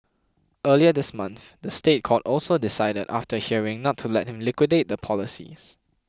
earlier this month the State Court also decided after a hearing not to let him liquidate the policies